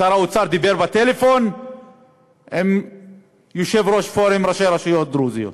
שר האוצר דיבר בטלפון עם יושב-ראש פורום ראשי הרשויות הדרוזיות.